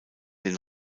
den